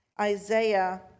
Isaiah